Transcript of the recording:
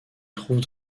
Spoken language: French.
trouve